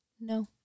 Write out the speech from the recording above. No